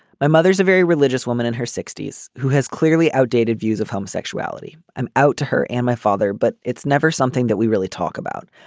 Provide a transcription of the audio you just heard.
my mother's a very religious woman in her sixty s who has clearly outdated views of homosexuality. i'm out to her and my father but it's never something that we really talk about.